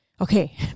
Okay